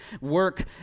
work